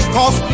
Cause